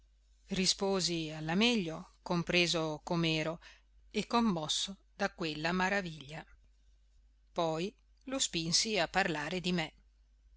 risposi alla meglio compreso com'ero e commosso da quella maraviglia poi lo spinsi a parlare di me